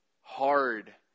hard